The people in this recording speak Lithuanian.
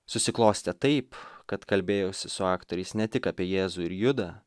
susiklostė taip kad kalbėjausi su aktoriais ne tik apie jėzų ir judą